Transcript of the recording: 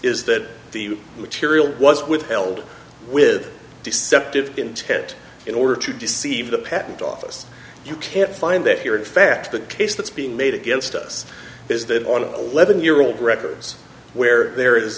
is that the material was withheld with deceptive intent in order to deceive the patent office you can't find that here in fact the case that's being made against us is that on a eleven year old records where there is